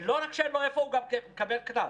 לא רק שאין לו איפה, הוא גם מקבל קנס.